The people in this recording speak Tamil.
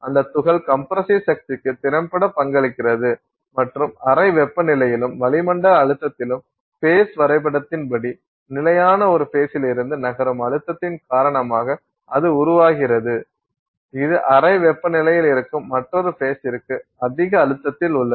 அந்தத் துகள் கம்ப்ரசிவ் சக்திக்கு திறம்பட பங்களிக்கிறது மற்றும் அறை வெப்பநிலையிலும் வளிமண்டல அழுத்தத்திலும் ஃபேஸ் வரைபடத்தின் படி நிலையான ஒரு ஃபேஸ்லிருந்து நகரும் அழுத்தத்தின் காரணமாக அது உருவாகிறது இது அறை வெப்பநிலையில் இருக்கும் மற்றொரு ஃபேசிற்கு அதிக அழுத்தத்தில் உள்ளது